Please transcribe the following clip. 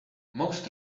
most